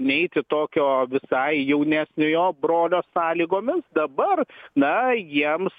neiti tokio visai jaunesniojo brolio sąlygomis dabar na jiems